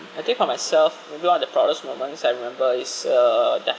I think for myself maybe one of the proudest moments I remember is uh definitely